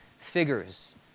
figures